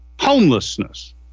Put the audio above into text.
Homelessness